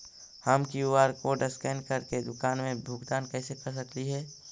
हम Q R code scan करके दुकान में भुगतान कैसे कर सकली हे?